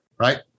right